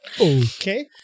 Okay